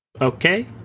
Okay